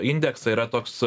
indeksą yra toks